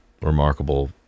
Remarkable